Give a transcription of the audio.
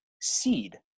seed